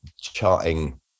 charting